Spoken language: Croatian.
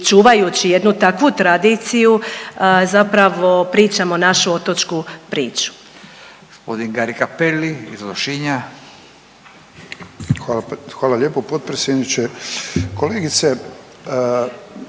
čuvajući jednu takvu tradiciju zapravo pričamo našu otočku priču.